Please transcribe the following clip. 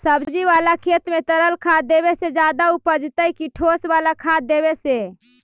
सब्जी बाला खेत में तरल खाद देवे से ज्यादा उपजतै कि ठोस वाला खाद देवे से?